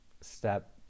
step